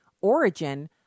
origin